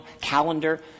calendar